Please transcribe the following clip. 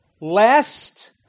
Lest